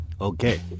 Okay